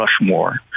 Rushmore